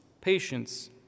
patience